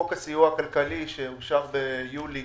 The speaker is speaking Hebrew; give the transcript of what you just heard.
חוק הסיוע הכלכלי שאושר ביולי